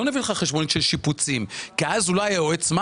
לא נביא לך חשבונית של שיפוצים כי אז אולי יועץ מס